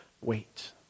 wait